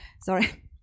sorry